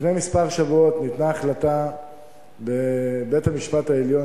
לפני כמה שבועות ניתנה החלטה בבית-המשפט העליון,